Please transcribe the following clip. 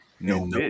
no